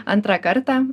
antrą kartą